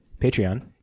Patreon